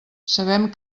sabem